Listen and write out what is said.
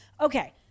Okay